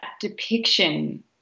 depiction